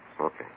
Okay